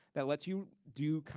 that lets you do,